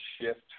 shift